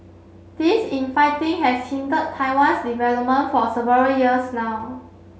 this infighting has hindered Taiwan's development for several years now